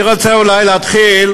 אני רוצה אולי להתחיל